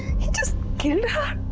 he just killed her!